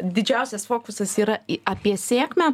didžiausias fokusas yra į apie sėkmę